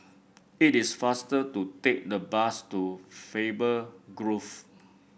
it is faster to take the bus to Faber Grove